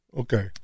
Okay